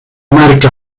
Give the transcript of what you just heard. marca